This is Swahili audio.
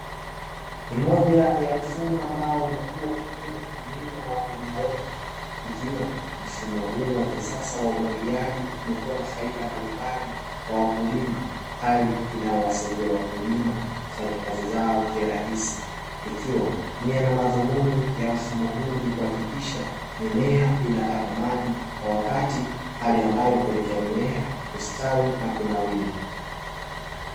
Ni moja ya mfumo, ambao umekuwa ukipendwa kutumiwa na wakulima wengi, ikiwa mfumo huu wa kisasa wa umwagiliaji umekuwa na faida mbalimbali kwa wakulima. Hali inayowasaidia wakulima kufanya kazi zao kirahisi, ikiwa nia na madhumuni ya mfumo huu ni kuhakikisha mimea inapata maji kwa wakati. Hali ambayo hupelekea mimea kustawi na kunawiri.